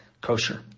kosher